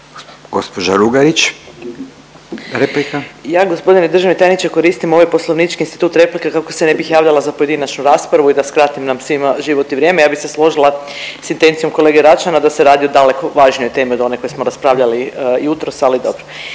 replika. **Lugarić, Marija (SDP)** Ja g. državni tajniče koristim ovaj poslovnički institut replike kako se ne bih javljala za pojedinačnu raspravu i da skratim nam svima život i vrijeme. Ja bih se složila s intencijom kolege Račana da se radi o daleko važnijoj temi od one o kojoj smo raspravljali jutros. Ali dobro.